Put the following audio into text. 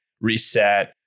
reset